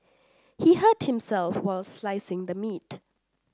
he hurt himself while slicing the meat